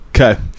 Okay